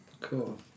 Cool